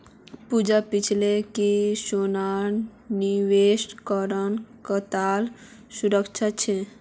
पूजा पूछले कि सोनात निवेश करना कताला सुरक्षित छे